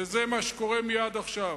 וזה מה שקורה מייד עכשיו.